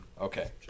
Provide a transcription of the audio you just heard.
Okay